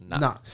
no